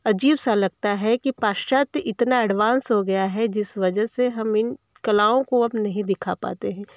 बहुत अजीब सा लगता है की पाश्चात्य इतना एडवांस हो गया है जिस वजह से हम इन कलाओं को अब नहीं दिखा पाते हैं